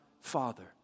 Father